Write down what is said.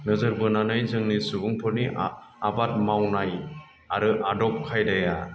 नोजोर बोनानै जोंनि सुबुंफोरनि आबाद मावनाय आरो आदब खायदाया